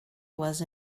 was